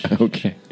Okay